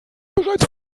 bereits